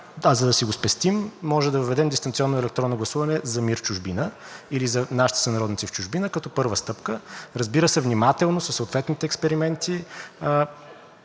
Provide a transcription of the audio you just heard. Да, за да си го спестим, може да въведем дистанционно електронно гласуване за МИР „Чужбина“, или за нашите сънародници в чужбина, като първа стъпка. Разбира се, внимателно, със съответните експерименти,